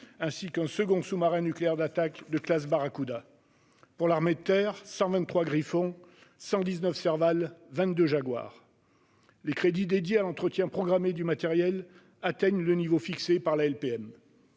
ainsi qu'un second sous-marin nucléaire d'attaque de classe Barracuda ; pour l'armée de terre : 123 Griffon, 119 Serval, 22 Jaguar. Les crédits dédiés à l'EPM atteignent le niveau fixé par la LPM.